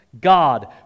God